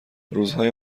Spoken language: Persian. روزهای